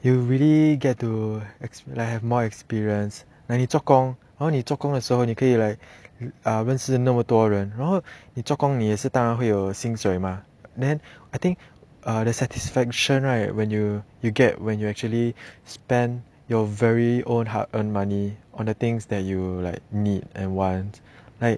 you really get to like have more experience like 你做工你做工的时候你可以 like 认识那么多人然后你做工你也是当然会有薪水 mah then I think the satisfaction right when you you get when you actually spend your very own hard earned money on the things that you like need and want like